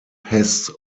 hess